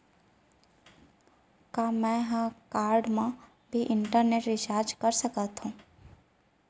का मैं ह कारड मा भी इंटरनेट रिचार्ज कर सकथो